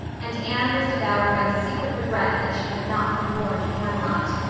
and anne was devoured by secret regret that she had not been born in camelot.